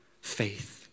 faith